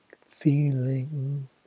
feeling